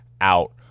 out